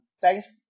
thanks